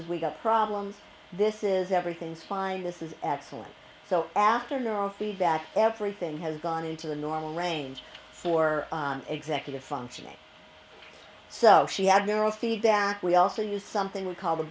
is we got problems this is everything's fine this is excellent so after neurofeedback everything has gone into the normal range for executive functioning so she had neurofeedback we also use something we call the